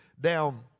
down